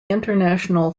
international